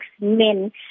men